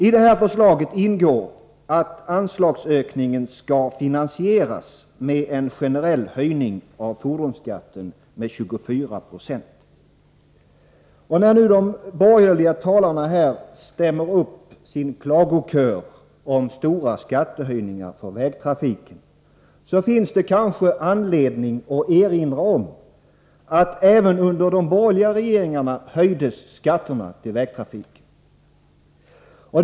I förslaget ingår att anslagsökningen skall finansieras med en generell höjning av fordonsskatten med 24 96. När nu de borgerliga talarna stämmer upp sin klagokör om stora skattehöjningar för vägtrafiken, finns det kanske anledning att erinra om att även under de borgerliga regeringarna höjdes skatten till vägtrafiken.